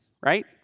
right